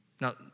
Now